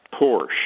Porsche